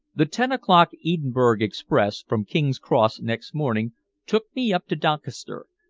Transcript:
the ten o'clock edinburgh express from king's cross next morning took me up to doncaster,